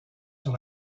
sur